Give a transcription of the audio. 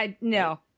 No